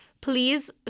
please